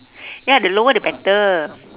ya the lower the better